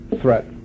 threat